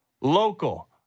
Local